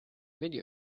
video